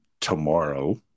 tomorrow